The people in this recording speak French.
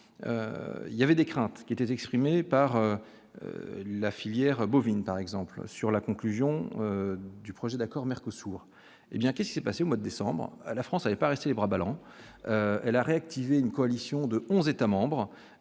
il y avait des craintes qui est exprimée par la filière bovine par exemple sur la conclusion du projet d'accord soit hé bien qu'il s'est passé au mois décembre à la France avait pas rester les bras ballants, elle a réactivé une coalition de 11 États-membres